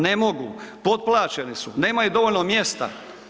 Ne mogu, potplaćeni su, nemaju dovoljno mjesta.